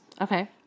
Okay